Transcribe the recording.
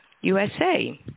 USA